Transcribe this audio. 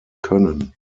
können